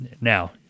Now